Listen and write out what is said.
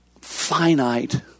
finite